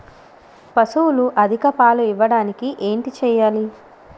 పశువులు అధిక పాలు ఇవ్వడానికి ఏంటి చేయాలి